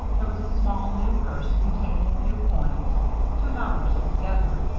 there was a small, new purse containing a few coins two dollars altogether.